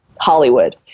Hollywood